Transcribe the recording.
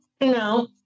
no